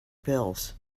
pills